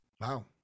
Wow